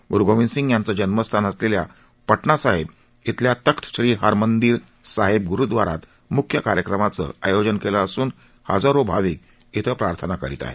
गुरु गोविंद सिंग यांचं जन्मस्थान असलेल्या पटणा साहेब शिल्या तख्त श्री हरमंदिर साहेब गरुद्वारात मुख्य कार्यक्रमाचं आयोजन केलं असून हजारो भाविक श्वें प्रार्थना करीत आहेत